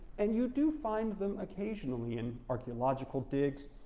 and you do find them occasionally in archeological digs.